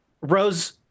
Rose